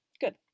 Good